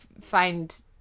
find